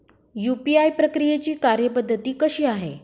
UPI प्रक्रियेची कार्यपद्धती कशी आहे?